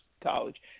college